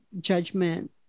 judgment